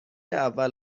اول